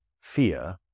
fear